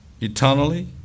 eternally